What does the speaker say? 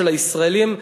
של הישראלים,